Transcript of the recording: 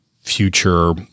future